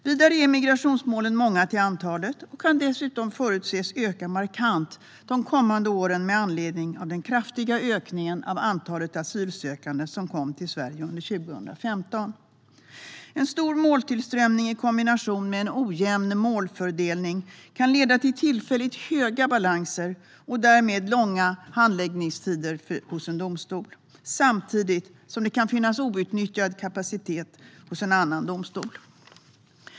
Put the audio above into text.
Vidare är migrationsmålen många till antalet och kan dessutom förutses öka markant under de kommande åren med anledning av den kraftiga ökningen av antalet asylsökande som kom till Sverige under 2015. En stor måltillströmning i kombination med en ojämn målfördelning kan leda till tillfälligt stora balanser och därmed långa handläggningstider hos en domstol samtidigt som det kan finnas outnyttjad kapacitet hos en annan domstol.